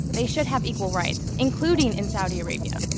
they should have equal rights, including in saudi arabia.